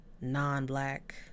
non-black